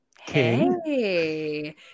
hey